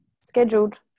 scheduled